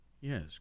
Yes